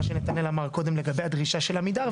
שנתנאל אמר קודם לגבי הדרישה של עמידר,